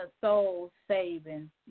soul-saving